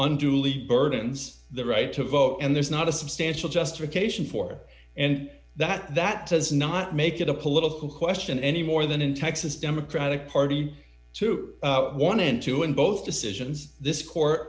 unduly burdens the right to vote and there's not a substantial justification for and that that does not make it a political question anymore than in texas democratic party to one in two in both decisions this court